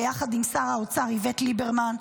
ביחד עם שר האוצר איווט ליברמן,